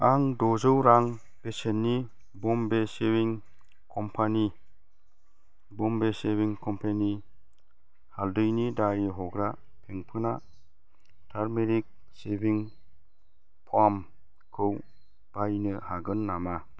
आं द'जौ रां बेसेननि Bombay shaving company Bombay shaving company हालदैनि दारि हग्रा फेंफोना टारमेरिक शेभिं फ'मखौ बायनो हागोन नामा